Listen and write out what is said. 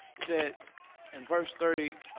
says in verse thirty